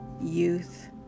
youth